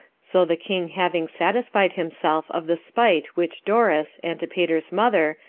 so the king having satisfied himself of the spite which doris, antipater's mother,